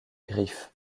griffes